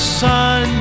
sun